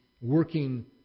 Working